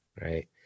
right